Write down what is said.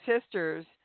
sister's